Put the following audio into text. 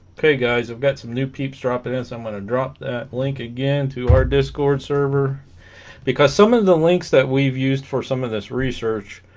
hey guys i've got some new peeps dropping in so i'm gonna drop that link again to heart discord server because some of the links that we've used for some of this research